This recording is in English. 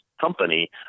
company